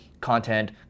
content